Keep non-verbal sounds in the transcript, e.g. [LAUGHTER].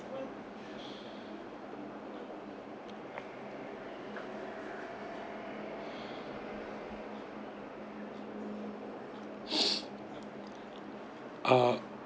[BREATH] ah